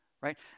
right